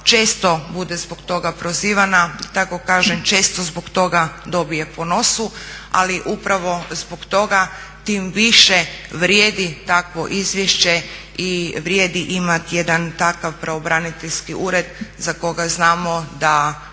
Često bude zbog toga prozivana. Kažem često zbog toga dobije po nosu, ali upravo zbog toga tim više vrijedi takvo izvješće i i vrijedi imati jedan takav pravobraniteljski ured za koga znamo da